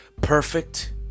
perfect